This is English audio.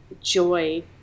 joy